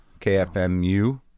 KFMU